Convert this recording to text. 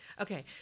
Okay